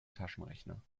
taschenrechner